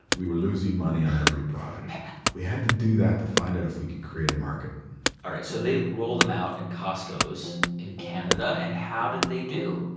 we were losing money on every product oh, man we had to do that to find out if we could create a market all right. so they roll them out in costcos in canada. and how did they do?